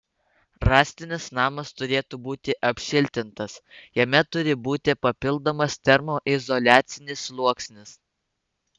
rąstinis namas turėtų būti apšiltintas jame turi būti papildomas termoizoliacinis sluoksnis